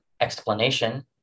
explanation